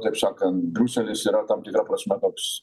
taip sakant briuselis yra tam tikra prasme toks